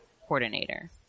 coordinator